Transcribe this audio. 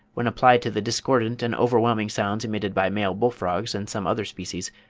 when applied to the discordant and overwhelming sounds emitted by male bull-frogs and some other species,